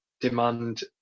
demand